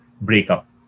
breakup